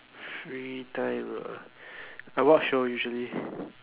free time ah I watch show usually